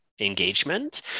engagement